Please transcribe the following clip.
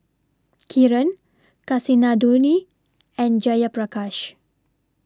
Kiran Kasinadhuni and Jayaprakash